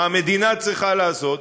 מה המדינה צריכה לעשות,